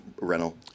rental